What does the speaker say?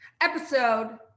episode